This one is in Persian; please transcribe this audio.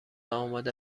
آماده